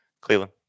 Cleveland